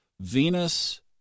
Venus